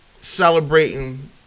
celebrating